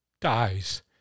dies